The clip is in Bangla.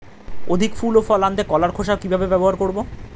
অধিক ফুল ও ফল আনতে কলার খোসা কিভাবে ব্যবহার করব?